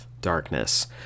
darkness